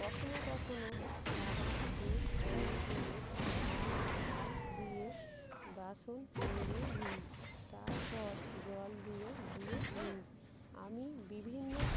কখনো কখনো সাবান শেষ হয়ে গেলে আমি সার্ফ দিয়ে বাসন মেজে নিই তারপর জল দিয়ে ধুয়ে নিই আমি বিভিন্ন